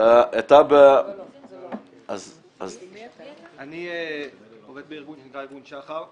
אתה ב --- אני עובד בארגון שנקרא ארגון שח"ר.